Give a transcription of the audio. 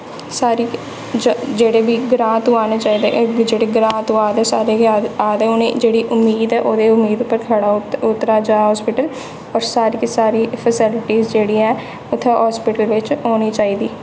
सारी जेह्ड़े बी ग्रांऽ तू आने चाहिदे जेह्ड़े ग्रांऽ तू आए दे सारे गै आए दे होने जेह्ड़ी उम्मीद ऐ उम्मीद उप्पर खरा उतरै जा हास्पिटल और सारी दी सारी फैस्लिटिस जेह्ड़ी ऐ उत्थें हस्पिटल बिच्च होनी चाहिदी